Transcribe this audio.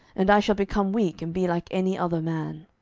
and i shall become weak, and be like any other man.